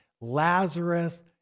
Lazarus